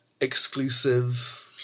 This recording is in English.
exclusive